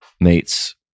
mates